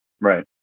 Right